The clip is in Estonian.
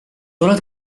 oled